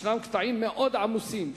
יש קטעים מאוד עמוסים,